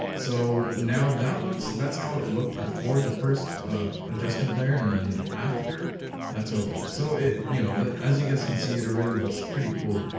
so now that looks that's how it looked before the first adjustment layer and then after that's how it looks, so it you know but as you guys can see it already looks pretty cool.